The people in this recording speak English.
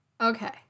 Okay